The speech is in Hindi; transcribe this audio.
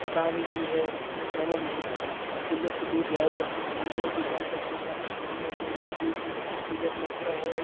स्थान भी है एवम हम क़िले से दूर जायें तो हम मंडोर भी जा सकते है यहाँ पर घूमने के लिए भी टिकट लगता है